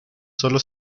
sólo